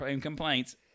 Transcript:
complaints